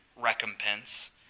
recompense